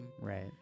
right